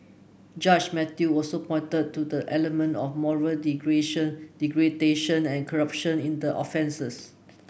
Judge Mathew also pointed to the element of moral degradation and corruption in the offences